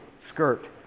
Skirt